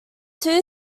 two